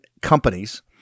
companies